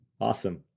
Awesome